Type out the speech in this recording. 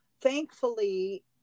thankfully